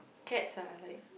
cats are like